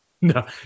No